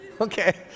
Okay